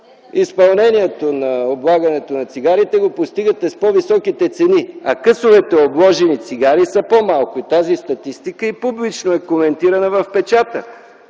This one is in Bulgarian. изпълнението на облагането на цигарите го постигате с по-високите цени, а късовете обложени цигари са по-малко. Тази статистика публично е коментирана в печата.